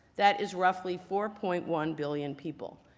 that is roughly four point one billion people.